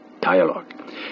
dialogue